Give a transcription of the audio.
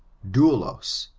daulos,